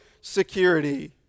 security